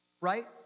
right